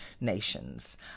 nations